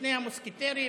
ושני המוסקטרים